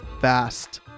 fast